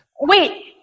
Wait